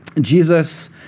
Jesus